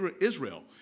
Israel